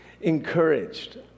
encouraged